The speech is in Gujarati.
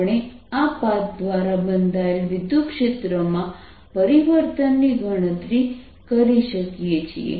આપણે આ પાથ દ્વારા બંધાયેલ વિદ્યુતક્ષેત્ર માં પરિવર્તન ની ગણતરી કરી શકીએ છીએ